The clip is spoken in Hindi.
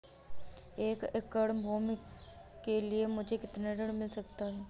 एक एकड़ भूमि के लिए मुझे कितना ऋण मिल सकता है?